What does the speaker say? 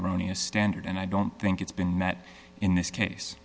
erroneous standard and i don't think it's been met in this case